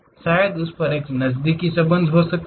शायद उस पर एक नजदीकी संबंध हो सकता है